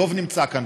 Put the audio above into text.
דב נמצא כאן,